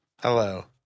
Hello